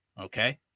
Okay